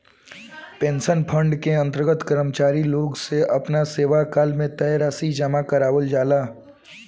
pension fund के अंतर्गत कर्मचारी लोग से आपना सेवाकाल में तय राशि जामा करावल जाला